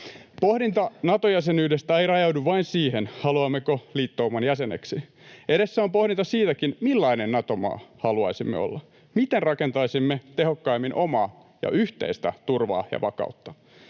Pohdinta Nato-jäsenyydestä ei rajaudu vain siihen, haluammeko liittouman jäseneksi. Edessä on pohdinta siitäkin, millainen Nato-maa haluaisimme olla. Miten rakentaisimme tehokkaimmin omaa ja yhteistä turvaa ja vakautta?